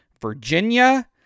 Virginia